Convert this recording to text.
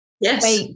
Yes